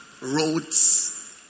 roads